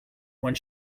one